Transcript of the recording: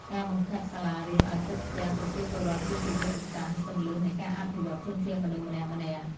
ការបង្ខិតសាលារៀនឱ្យជិតផ្ទះប្រជាពលរដ្ឋគឺជាយុទ្ធសាស្ត្រគន្លឹះនៃការអភិវឌ្ឍន៍ធនធានមនុស្សម្នាក់ៗ។